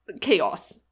chaos